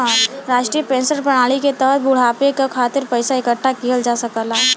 राष्ट्रीय पेंशन प्रणाली के तहत बुढ़ापे के खातिर पइसा इकठ्ठा किहल जा सकला